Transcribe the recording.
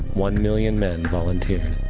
one million men volunteered